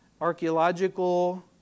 Archaeological